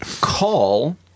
Call